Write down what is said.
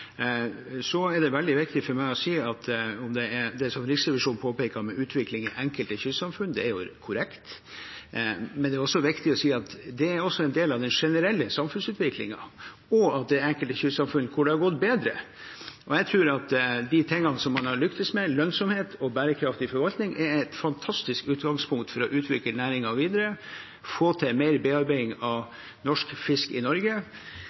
Så er det veldig viktig for meg å si at det som Riksrevisjonen påpeker om utvikling i enkelte kystsamfunn, er korrekt. Men det er også viktig å si at det også er en del av den generelle samfunnsutviklingen, og at det er enkelte kystsamfunn der det har gått bedre. Jeg tror at de tingene som man har lyktes med, lønnsomhet og bærekraftig forvaltning, er et fantastisk utgangspunkt for å utvikle næringen videre og få til mer bearbeiding av norsk fisk i Norge.